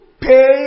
Pay